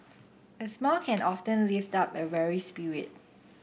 a smile can often lift up a weary spirit